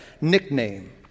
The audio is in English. nickname